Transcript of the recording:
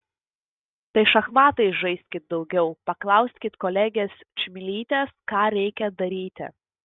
tai šachmatais žaiskit daugiau paklauskit kolegės čmilytės ką reikia daryti